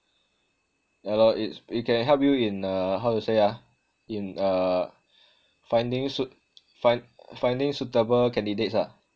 yah lor it's it can help you in a how to say ah in uh finding suit~ fi~ finding suitable candidates ah